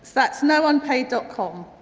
that's no unpaid ah com.